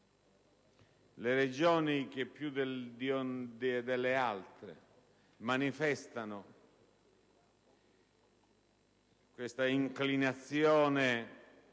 Le Regioni che più delle altre manifestano questa inclinazione